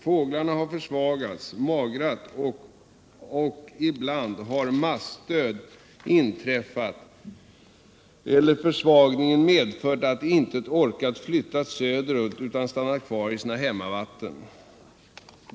Fåglarna har försvagats, magrat av och ibland har massdöd inträffat eller försvagningen medfört att de inte orkat flytta söderut utan stannat kvar i hemmavattnet.